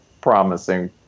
promising